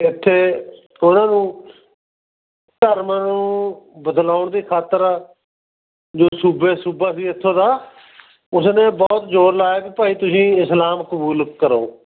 ਇੱਥੇ ਉਹਨਾਂ ਨੂੰ ਧਰਮ ਨੂੰ ਬਦਲਾਉਣ ਦੀ ਖਾਤਰ ਜੋ ਸੂਬੇ ਸੂਬਾ ਸੀ ਇੱਥੋਂ ਦਾ ਉਸ ਨੇ ਬਹੁਤ ਜ਼ੋਰ ਲਾਇਆ ਕਿ ਭਾਈ ਤੁਸੀਂ ਇਸਲਾਮ ਕਬੂਲ ਕਰੋ